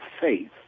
faith